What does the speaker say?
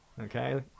Okay